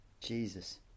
Jesus